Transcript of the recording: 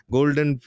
Golden